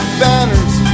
banners